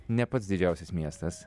ne pats didžiausias miestas